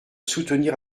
soutenir